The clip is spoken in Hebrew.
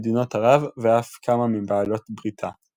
מדינות ערב ואף כמה מבעלות בריתה.